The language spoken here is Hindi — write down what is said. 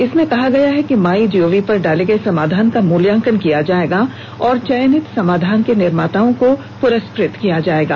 इसमें कहा गया है कि माईगॉव पर डाले गए समाधान का मूल्यांकन किया जाएगा और चयनित समाधान के निर्माताओं को पुरस्कृत किया जाएगा